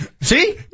See